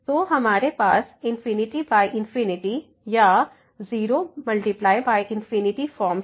तो हमारे पास ∞∞ या 0×∞ फॉर्म है